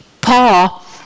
Paul